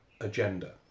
agenda